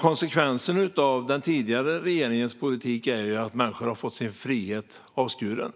Konsekvensen av den tidigare regeringens politik är att människor har fått sin frihet avskuren.